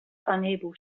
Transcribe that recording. unable